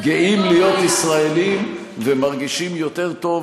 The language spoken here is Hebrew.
גאים להיות ישראלים ומרגישים יותר טוב